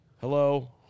Hello